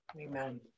Amen